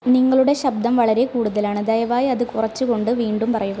നിങ്ങളുടെ ശബ്ദം വളരെ കൂടുതലാണ് ദയവായി അത് കുറച്ചുകൊണ്ട് വീണ്ടും പറയുക